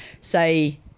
say